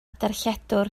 darlledwr